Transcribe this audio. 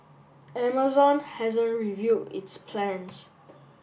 Amazon hasn't revealed its plans